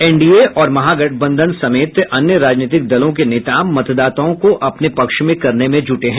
NDA और महागठबंधन समेत अन्य राजनीतिक दलों के नेता मतदाताओं को अपने पक्ष में करने में जूटे हैं